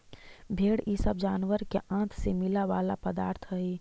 भेंड़ इ सब जानवर के आँत से मिला वाला पदार्थ हई